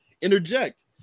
interject